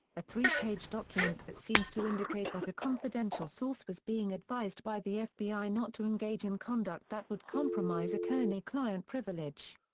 a three-page document that seems to indicate that a confidential source was being advised by the fbi not to engage in conduct that would compromise attorney-client privilege.